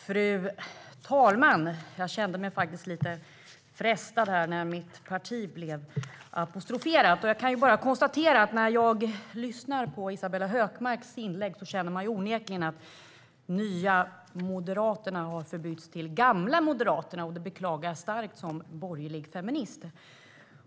Fru talman! Jag kände mig lite frestad när mitt parti blev apostroferat. Jag kan bara konstatera att när man lyssnar på Isabella Hökmarks inlägg känner man onekligen att nya moderaterna har förbytts till gamla moderaterna. Det beklagar jag starkt, som borgerlig feminist.